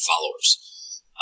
followers